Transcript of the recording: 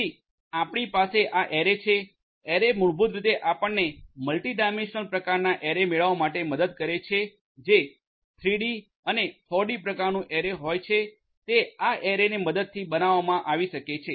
પછી આપણી પાસે આ એરે છે એરે મૂળભૂત રીતે આપણને મલ્ટિ ડાયમેન્શનલ પ્રકારના એરે મેળવવા માટે મદદ કરે છે જે 3ડી 4ડી પ્રકારનું એરે હોય છે તે આ એરેની મદદથી બનાવવામાં આવી શકાય છે